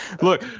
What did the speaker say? Look